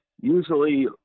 usually